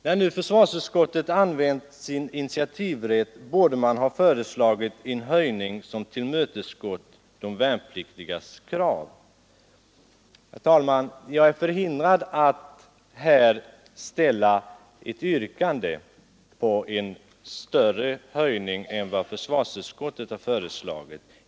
När nu försvarsutskottet använt sin initiativrätt borde man ha föreslagit en höjning som tillmötesgått de värnpliktigas förslag. Herr talman! Jag är på grund av de för riksdagsarbetet gällande bestämmelserna förhindrad att framställa ett yrkande på en större höjning än vad försvarsutskottet har föreslagit.